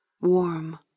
warm